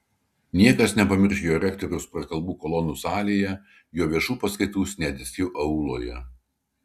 niekas nepamirš jo rektoriaus prakalbų kolonų salėje jo viešų paskaitų sniadeckių auloje